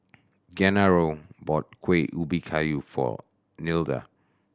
Genaro bought Kueh Ubi Kayu for Nilda